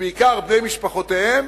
בעיקר בני משפחותיהם,